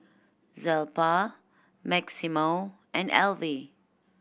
Zelpha Maximo and Alvy